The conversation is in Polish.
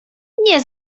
nie